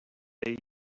way